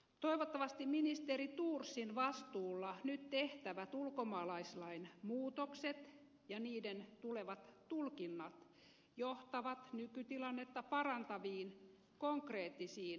toivottavasti ministeri thorsin vastuulla nyt tehtävät ulkomaalaislain muutokset ja niiden tulevat tulkinnat johtavat nykytilannetta parantaviin konkreettisiin toimenpiteisiin